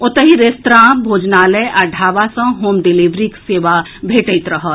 ओतहि रेस्तरां भोजनालय आ ढाबा सँ होम डिलिवरीक सेवा भेटैत रहत